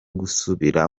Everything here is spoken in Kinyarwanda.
gusubira